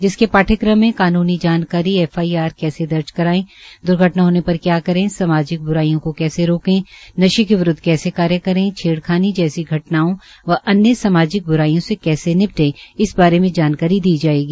जिसके पाठ्यक्रम में कानूनी जानकारी एफआईआर कैसे दर्ज कराएं द्र्घटना होने पर क्या करें सामाजिक ब्राईयों को कैसे रोके नशे के विरूद्ध कैसे कार्य करें छेडख़ानी जैसी घटनाओं व अन्य सामाजिक ब्राईयों से कैसे निपटे इस बारे में जानकारी दी जाएगी